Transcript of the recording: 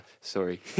Sorry